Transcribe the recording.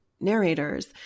narrators